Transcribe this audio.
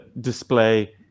display